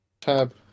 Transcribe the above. tab